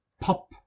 pop